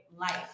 life